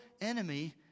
enemy